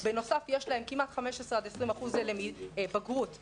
בנוסף יש להם כמעט 15%-20% בגרות במעבדה,